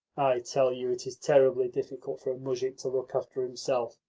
i tell you it is terribly difficult for a muzhik to look after himself.